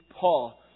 Paul